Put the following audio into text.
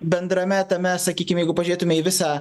bendrame tame sakykim jeigu pažiūrėtume į visą